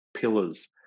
pillars